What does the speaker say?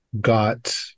got